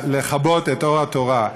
לכבות את אור התורה,